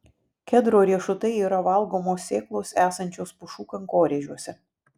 kedro riešutai yra valgomos sėklos esančios pušų kankorėžiuose